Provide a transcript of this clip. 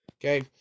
Okay